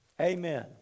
Amen